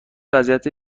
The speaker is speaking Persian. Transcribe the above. وضعیت